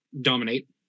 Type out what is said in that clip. Dominate